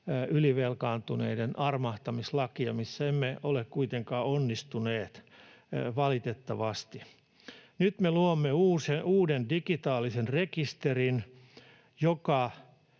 ylivelkaantuneiden armahtamislaki, missä emme ole kuitenkaan onnistuneet valitettavasti. Nyt me luomme uuden digitaalisen rekisterin, joka